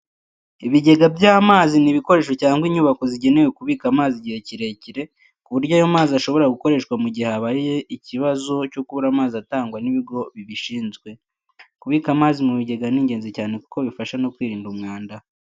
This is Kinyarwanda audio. Ibigega by'amazi ni ibikoresho cyangwa inyubako zigenewe kubika amazi igihe kirekire, ku buryo ayo mazi ashobora gukoreshwa mu gihe habaye ikibazo cyo kubura amazi atangwa n'ibigo bibishinzwe. Kubika amazi mu bigega ni ingenzi cyane kuko bifasha no kwirinda umwanda.